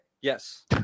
Yes